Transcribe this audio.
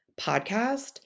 podcast